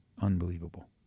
Unbelievable